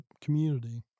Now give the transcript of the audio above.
community